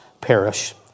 perish